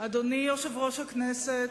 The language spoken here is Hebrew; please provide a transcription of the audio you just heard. אדוני יושב-ראש הכנסת,